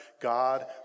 God